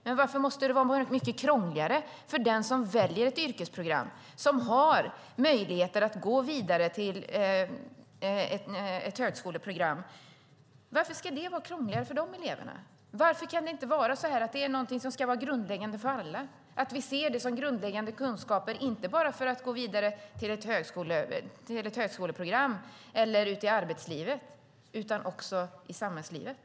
Men varför måste det vara så mycket krångligare för den som väljer ett yrkesprogram att få möjligheter att gå vidare till ett högskoleprogram? Varför ska det vara krångligare för dessa elever? Varför kan detta inte vara något grundläggande för alla? Varför kan vi inte se det som grundläggande kunskaper inte bara för att gå vidare till ett högskoleprogram eller ut i arbetslivet utan också i samhällslivet?